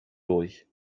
durch